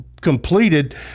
completed